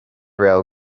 rail